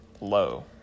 low